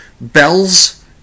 bells